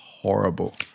horrible